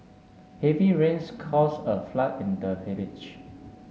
heavy rains cause a flood in the village